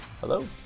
Hello